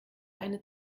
eine